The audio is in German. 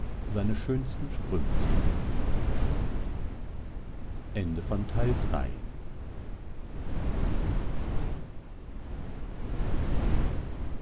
seine schönsten sprünge zu üben